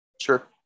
Sure